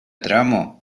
dramo